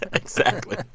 exactly.